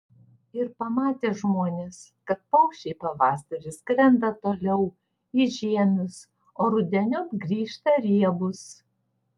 ir pamatė žmonės kad paukščiai pavasarį skrenda toliau į žiemius o rudeniop grįžta riebūs